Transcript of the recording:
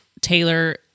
Taylor